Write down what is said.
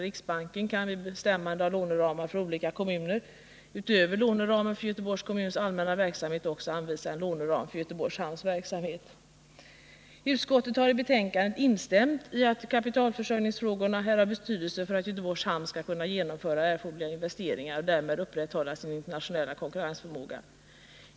Riksbanken kan vid bestämmande av låneramar för olika kommuner utöver låneramen för Göteborgs kommuns allmänna verksamhet också anvisa en låneram för Göteborgs hamns verksamhet. Utskottet har i betänkandet instämt i att kapitalförsörjningsfrågorna är av betydelse för att Göteborgs hamn skall kunna genomföra erforderliga investeringar och därmed upprätthålla sin internationella konkurrensförmåga.